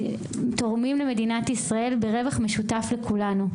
תורמים למדינת ישראל ורווח משותף לכולנו.